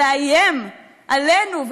ולאיים עלינו,